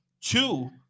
two